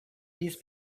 these